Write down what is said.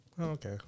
Okay